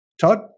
Todd